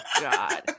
god